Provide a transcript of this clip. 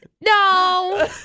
No